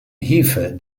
hefe